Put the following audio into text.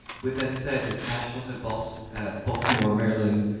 with that said, nationals at but so at baltimore, maryland,